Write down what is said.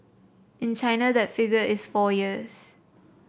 in China that figure is four years